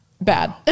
bad